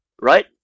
right